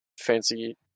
fancy